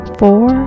four